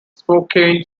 spokane